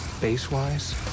base-wise